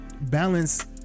balance